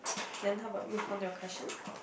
then how about read from your question